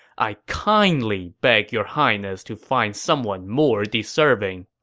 i kindly beg your highness to find someone more deserving.